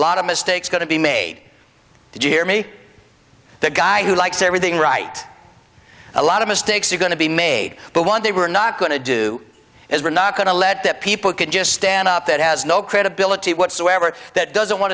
lot of mistakes going to be made to jeremy the guy who likes everything right a lot of mistakes are going to be made but one day we're not going to do is we're not going to let that people can just stand up that has no credibility whatsoever that doesn't want